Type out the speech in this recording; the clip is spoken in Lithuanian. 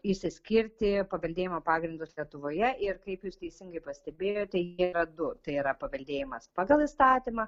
išsiskirti paveldėjimo pagrindus lietuvoje ir kaip jūs teisingai pastebėjote jie yra du tai yra paveldėjimas pagal įstatymą